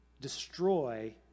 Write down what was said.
destroy